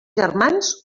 germans